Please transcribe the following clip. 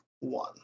One